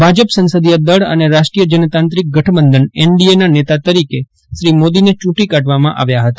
ભાજપ સંસદીય દળ અને રાષ્ટ્રીય જનતાંત્રીક ગઠબંધન એનડીએના નેતા તરીકે મોદીને ચૂંટી કાઢવામાં આવ્યા હતા